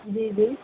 جی جی